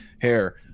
hair